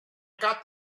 got